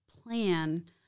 plan